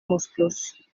musclos